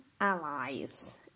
allies